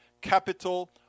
Capital